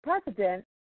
president